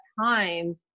time